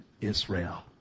Israel